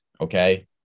okay